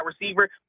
receiver